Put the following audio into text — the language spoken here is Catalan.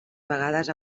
vegades